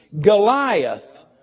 Goliath